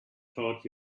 taught